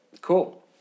Cool